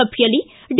ಸಭೆಯಲ್ಲಿ ಡಿ